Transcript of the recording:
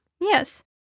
Yes